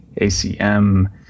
acm